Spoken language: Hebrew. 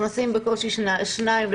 נכנסים בקושי שניים,